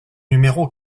numéro